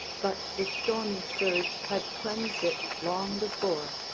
but the stormy surge had cleansed it long before.